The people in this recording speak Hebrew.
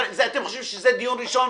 אתם חושבים שזה הדיון הראשון?